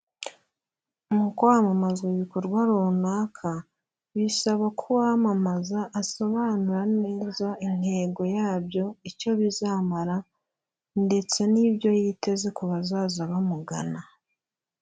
Mu kwamamazwa ibikorwa runaka bisaba ko uwamamaza asobanura neza intego yabyo, icyo bizamara ndetse n'ibyo yiteze ku bazaza bamugana.